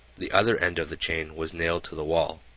the other end of the chain was nailed to the wall.